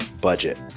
budget